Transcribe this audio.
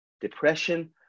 depression